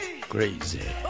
Crazy